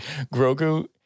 Grogu